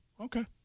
Okay